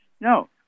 No